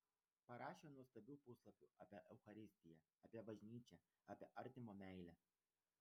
parašė nuostabių puslapių apie eucharistiją apie bažnyčią apie artimo meilę